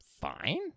fine